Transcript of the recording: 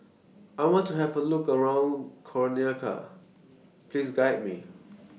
I want to Have A Look around Conakry Please Guide Me